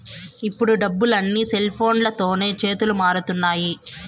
ఇప్పుడు డబ్బులు అన్నీ సెల్ఫోన్లతోనే చేతులు మారుతున్నాయి